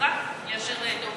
אז רק ליישר את העובדות.